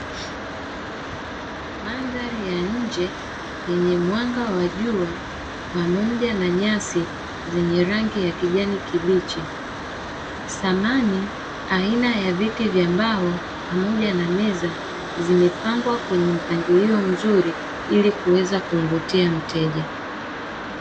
Mandhari ya nje yenye mwanga wa jua pamoja na nyasi zenye rangi ya kijani kibichi, samani aina ya viti vya mbao pamoja na meza zimepangwa kwenye mpangilio mzuri ili kuweza kumvutia mteja.